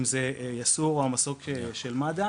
יסעור או המסוק של מד"א.